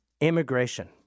immigration